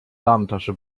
damentasche